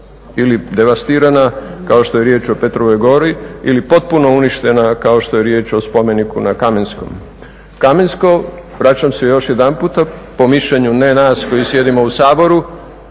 djela su nažalost tokom ratnih godina ili devastirana kao što je riječ o spomeniku na Kamensko. Kamensko, vraćam se još jedanputa po mišljenju ne nas koji sjedimo u Saboru,